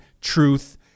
truth